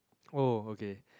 oh okay